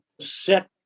set